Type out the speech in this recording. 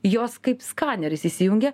jos kaip skaneris įsijungia